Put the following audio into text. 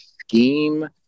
scheme